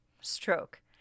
stroke